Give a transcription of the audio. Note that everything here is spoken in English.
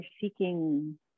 seeking